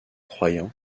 croyant